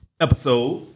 Episode